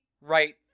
right